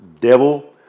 devil